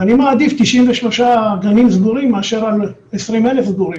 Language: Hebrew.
אני מעדיף 93 גנים סגורים מאשר 20,000 סגורים.